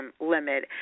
limit